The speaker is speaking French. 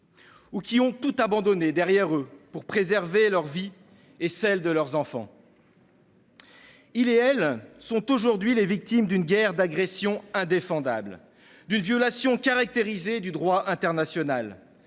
ou qui ont tout abandonné derrière eux pour préserver leur vie et celle de leurs enfants. Ils et elles sont aujourd'hui les victimes d'une guerre d'agression indéfendable, d'une violation caractérisée du droit international